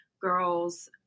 girls